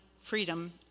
Freedom